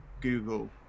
Google